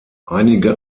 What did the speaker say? einige